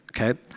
okay